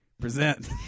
present